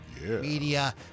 media